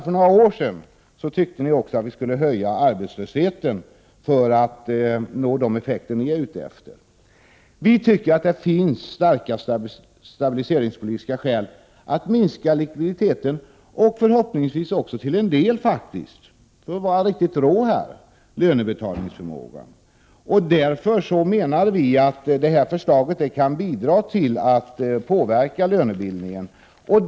För några år sedan, i varje fall, tyckte ni också att vi skulle höja arbetslösheten för att nå de effekter ni är ute efter. Vi tycker att det finns starka stabiliseringspolitiska skäl för att man skall minska likviditeten och förhoppningsvis också till en del, för att vara riktigt rå här, lönebetalningsförmågan. Vi menar därför att detta förslag kan bidra till att påverka lönebildningen.